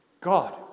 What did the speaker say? God